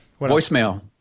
voicemail